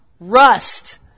Rust